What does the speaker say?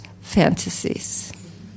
fantasies